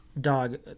dog